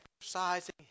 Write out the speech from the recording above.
exercising